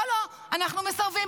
לא, לא, אנחנו מסרבים?